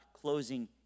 closing